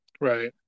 right